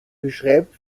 beschreibt